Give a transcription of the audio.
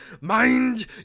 mind